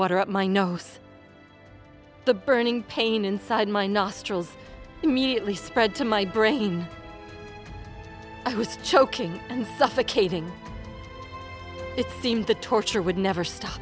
water up my nose the burning pain inside my nostrils immediately spread to my brain i was choking and suffocating it seemed the torture would never stop